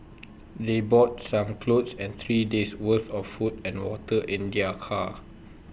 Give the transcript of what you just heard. they brought some clothes and three days' worth of food and water in their car